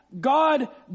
God